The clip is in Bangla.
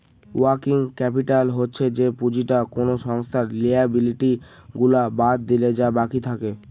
ওয়ার্কিং ক্যাপিটাল হচ্ছে যে পুঁজিটা কোনো সংস্থার লিয়াবিলিটি গুলা বাদ দিলে যা বাকি থাকে